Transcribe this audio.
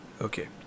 Okay